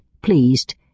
pleased